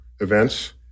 events